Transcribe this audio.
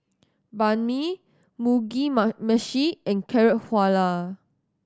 Banh Mi Mugi Meshi and Carrot Halwa